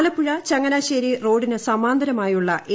ആലപ്പൂഴ്ച്ച ചങ്ങനാശ്ശേരി റോഡിന് സമാന്തരമായുളള എ